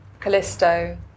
Callisto